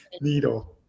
needle